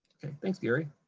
thanks, gary.